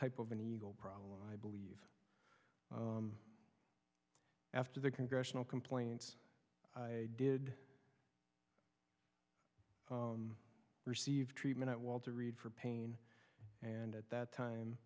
type of an ego problem i believe after the congressional complaints i did receive treatment at walter reed for pain and at that time